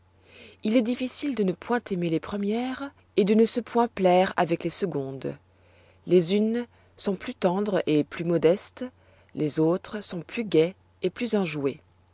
il est difficile de ne point aimer les premières et de ne se point plaire avec les secondes les unes sont plus tendres et plus modestes les autres sont plus gaies et plus